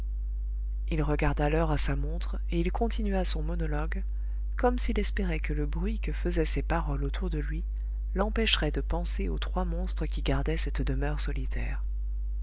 il regarda l'heure à sa montre et il continua son monologue comme s'il espérait que le bruit que faisaient ses paroles autour de lui l'empêcherait de penser aux trois monstres qui gardaient cette demeure solitaire